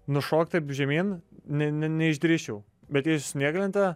nušokt taip žemyn ne ne neišdrįsčiau bet jei su snieglente